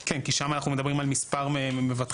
כי שם אנחנו מדברים על מספר מבטחים.